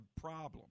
problem